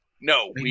No